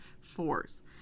force